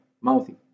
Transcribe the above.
Mouthy